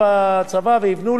וגם הם משלמים.